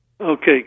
Okay